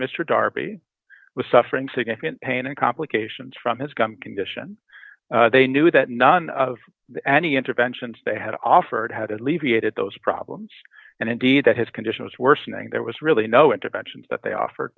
mr darby was suffering significant pain and complications from his gum condition they knew that none of any interventions they had offered how to leave it at those problems and indeed that his condition was worsening there was really no intervention that they offered